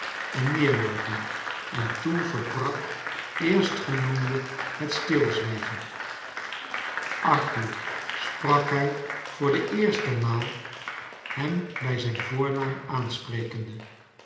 en neerloopen en toen verbrak eerstgenoemde bet stilzwijgen arthur sprak hij voor de eerste maal hem bij zijn voornaam aansprekende